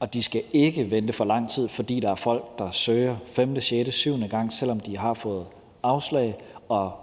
Og de skal ikke vente for lang tid, fordi der er folk, der søger femte, sjette eller syvende gang, selv om de folk har fået afslag og